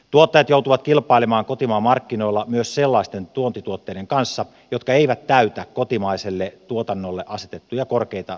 tuottajat joutuvat kilpailemaan kotimaan markkinoilla myös sellaisten tuontituotteiden kanssa jotka eivät täytä kotimaiselle tuotannolle asetettuja korkeita standardeja